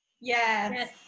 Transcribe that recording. Yes